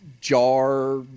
jar